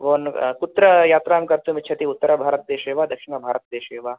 भवान् कुत्र यात्रां कर्तुमिच्छति उत्तरभारतदेशे वा दक्षिणभारतदेशे वा